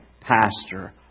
pastor